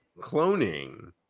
cloning